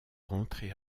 rentré